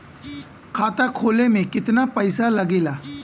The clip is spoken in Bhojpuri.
खाता खोले में कितना पईसा लगेला?